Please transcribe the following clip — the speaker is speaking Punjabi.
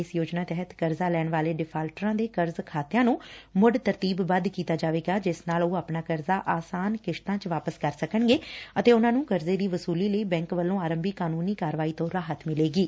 ਇਸ ਯੋਜਨਾ ਤਹਿਤ ਕਰਜ਼ਾ ਲੈਣ ਵਾਲੇ ਡਿਫਾਲਟਰਾਂ ਦੇ ਕਰਜ਼ ਖਾਤਿਆਂ ਨੂੰ ਮੁਤ ਤਰਤੀਬਬੱਧ ਕੀਤਾ ਜਾਵੇਗਾ ਜਿਸ ਨਾਲ ਉਹ ਆਪਣਾ ਕਰਜ਼ਾ ਆਸਾਨ ਕਿਸ਼ਤਾਂ 'ਚ ਵਾਪਸ ਕਰ ਸਕਣਗੇ ਅਤੇ ਉਨਾ ਨੂੰ ਕਰਜ਼ੇ ਦੀ ਵਸੂਲੀ ਲਈ ਬੈਕ ਵੱਲੋ ਆਰੰਭੀ ਕਾਨੂੰਨੀ ਕਾਰਵਾਈ ਤੋ ਰਾਹਤ ਮਿਲੇਗੀ